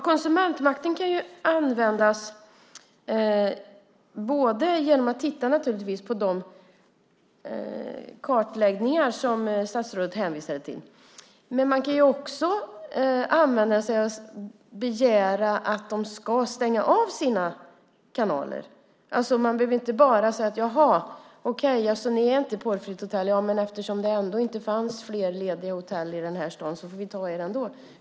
Konsumentmakten kan användas. Det är bara att titta på de kartläggningar som statsrådet hänvisade till, och man kan också begära att hotellen ska stänga av sina porrkanaler. Man behöver inte säga: Jaha, okej, ni är inte ett porrfritt hotell, men eftersom det ändå inte fanns fler lediga hotell i den här staden får vi välja ert ändå.